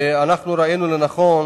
ואנחנו ראינו לנכון,